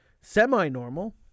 semi-normal